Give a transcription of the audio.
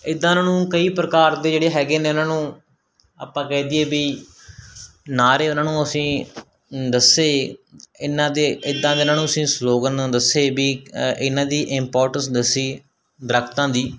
ਇੱਦਾਂ ਉਹਨਾਂ ਨੂੰ ਕਈ ਪ੍ਰਕਾਰ ਦੇ ਜਿਹੜੇ ਹੈਗੇ ਨੇ ਉਨ੍ਹਾਂ ਨੂੰ ਆਪਾਂ ਕਹਿ ਦਈਏ ਵੀ ਨਾਅਰੇ ਉਨ੍ਹਾਂ ਨੂੰ ਅਸੀਂ ਦੱਸੇ ਇਨ੍ਹਾਂ ਦੇ ਇੱਦਾਂ ਦੇ ਇਨ੍ਹਾਂ ਨੂੰ ਅਸੀਂ ਸਲੋਗਨ ਦੱਸੇ ਵੀ ਇਨ੍ਹਾਂ ਦੀ ਇਮਪੋਟੈਂਸ ਦੱਸੀ ਦਰਖਤਾਂ ਦੀ